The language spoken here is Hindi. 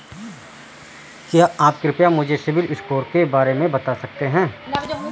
क्या आप कृपया मुझे सिबिल स्कोर के बारे में बता सकते हैं?